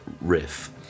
riff